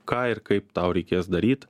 ką ir kaip tau reikės daryt